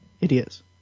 idiots